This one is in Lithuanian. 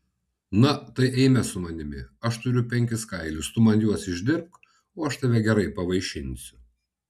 na tai eime su manimi aš turiu penkis kailius tu man juos išdirbk o aš tave gerai pavaišinsiu